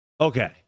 Okay